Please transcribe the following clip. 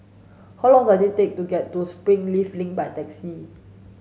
how long does it take to get to Springleaf Link by taxi